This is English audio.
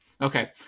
Okay